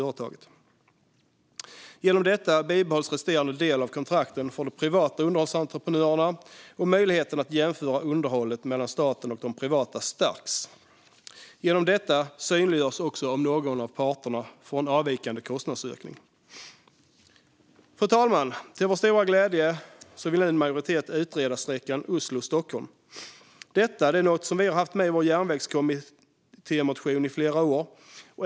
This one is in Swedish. Genom detta bibehålls resterande del av kontrakten för de privata underhållsentreprenörerna, och möjligheten att jämföra underhållet mellan staten och de privata stärks. Genom detta synliggörs också om någon av parterna får en avvikande kostnadsökning. Fru talman! Till vår stora glädje vill nu en majoritet utreda sträckan Oslo-Stockholm. Det är något vi haft med i vår järnvägskommittémotion i flera år.